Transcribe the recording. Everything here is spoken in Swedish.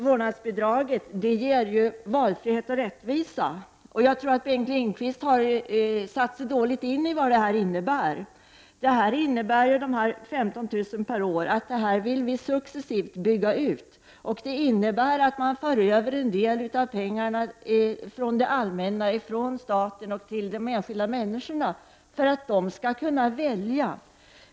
Vårdnadsbidraget ger valfrihet och rättvisa. Jag tror att Bengt Lindqvist har satt sig dåligt in i vad vårdnadsbidraget innebär. Det innebär 15 000 kr. per år, och det skall successivt byggas ut. Det innebär att en del av pengarna från det allmänna, från staten, förs över till de enskilda människorna för att de skall kunna välja.